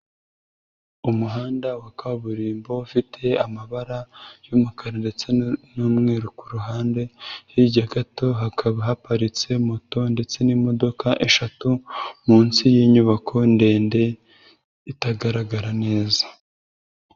Umuhanda wa kaburimbo ufite amabara y'umukara ndetse n'umweru ku ruhande, hirya gato hakaba haparitse moto ndetse n'imodoka eshatu, munsi y'inyubako ndende itagaragara neza.